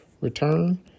return